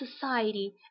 society